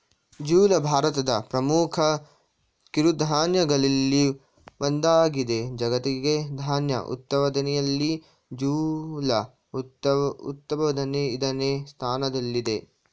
ಜೋಳ ಭಾರತದ ಪ್ರಮುಖ ಕಿರುಧಾನ್ಯಗಳಲ್ಲಿ ಒಂದಾಗಿದೆ ಜಾಗತಿಕ ಧಾನ್ಯ ಉತ್ಪಾದನೆಯಲ್ಲಿ ಜೋಳ ಉತ್ಪಾದನೆ ಐದನೇ ಸ್ಥಾನದಲ್ಲಿದೆ